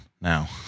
now